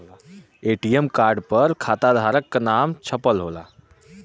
ATM card पर खाताधारक क नाम छपल होला